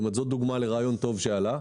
זו דוגמה לרעיון טוב שעלה,